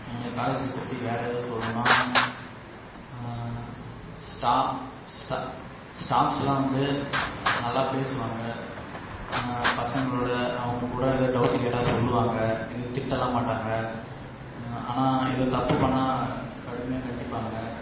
எனக்கு காலேஜை பற்றி வேற எதுவும் சொல்லணுனா ஸ்டா ஸ்டா ஸ்டாப்ஸ்ஸெல்லாம் வந்து நல்லா பேசுவாங்க பசங்களோடு அவங்க கூட எதோ டவுட் கேட்டால் சொல்லுவாங்க எதுவும் திட்டலாம் மாட்டாங்க ஆனால் எதுவும் தப்பு பண்ணிணா கடுமையாக கண்டிப்பாங்க